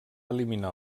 eliminar